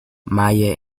meyer